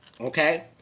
Okay